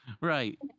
Right